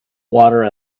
water